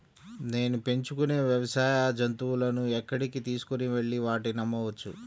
నేను పెంచుకొనే వ్యవసాయ జంతువులను ఎక్కడికి తీసుకొనివెళ్ళి వాటిని అమ్మవచ్చు?